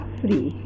free